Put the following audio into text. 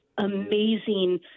amazing